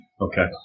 Okay